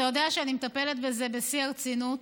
אתה יודע שאני מטפלת בזה בשיא הרצינות.